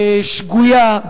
שגויה,